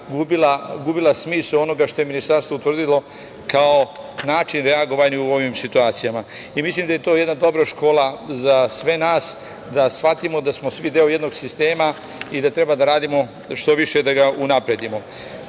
gubila smisao onog što je Ministarstvo utvrdilo kao način reagovanja u ovim situacijama. Mislim da je to jedna dobra škola za sve nas, da shvatimo da smo svi deo jednog sistema i da treba da radimo što više da ga unapredimo. Kada